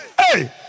Hey